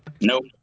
Nope